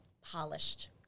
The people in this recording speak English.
polished